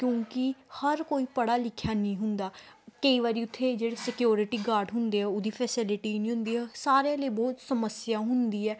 ਕਿਉਂਕਿ ਹਰ ਕੋਈ ਪੜ੍ਹਿਆ ਲਿਖਿਆ ਨਹੀਂ ਹੁੰਦਾ ਕਈ ਵਾਰੀ ਉੱਥੇ ਜਿਹੜੇ ਸਿਕਿਉਰਿਟੀ ਗਾਰਡ ਹੁੰਦੇ ਆ ਉਹਦੀ ਫੈਸਿਲਿਟੀ ਨਹੀਂ ਹੁੰਦੀ ਆ ਸਾਰਿਆਂ ਲਈ ਬਹੁਤ ਸਮੱਸਿਆ ਹੁੰਦੀ ਹੈ